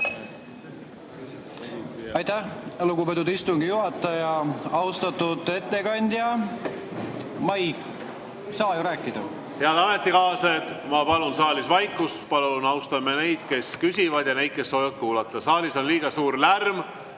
Aitäh, lugupeetud istungi juhataja! Austatud ettekandja! Ma ei saa ju rääkida! Head ametikaaslased, ma palun saalis vaikust! Palun austame neid, kes küsivad, ja neid, kes soovivad kuulata! Saalis on liiga suur lärm.